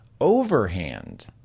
overhand